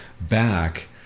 back